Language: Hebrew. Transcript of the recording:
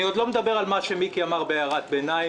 אני עוד לא מדבר על מה שמיקי אמר בהערת ביניים,